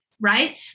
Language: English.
Right